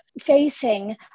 facing